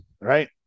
right